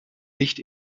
nicht